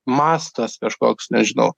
mastas kažkoks nežinau